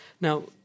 Now